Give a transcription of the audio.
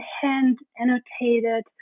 hand-annotated